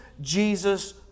Jesus